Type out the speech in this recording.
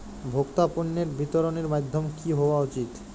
ভোক্তা পণ্যের বিতরণের মাধ্যম কী হওয়া উচিৎ?